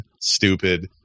stupid